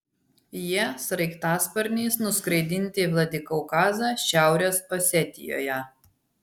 jie sraigtasparniais nuskraidinti į vladikaukazą šiaurės osetijoje